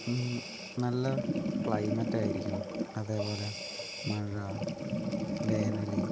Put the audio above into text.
നല്ല ക്ലൈമറ്റ് ആയിരിക്കും അതേപോലെ മഴ വേനല്